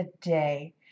today